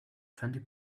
twenty